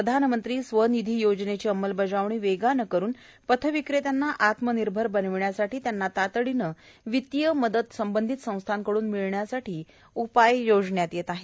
प्रधानमंत्री स्वनिधी योजनेची अंमलबजावणी वेगाने करून पथविक्रेत्यांना आत्मनिर्भर बनविण्यासाठी त्यांना तातडीने वित्तीय मदत संबंधित संस्थाकडून मिळण्यासाठी उपाय योजण्यात येत आहेत